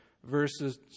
Verses